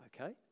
okay